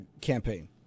campaign